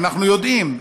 ואנחנו יודעים,